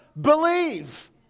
believe